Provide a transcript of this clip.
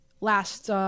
last